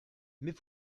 mais